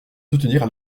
soutenir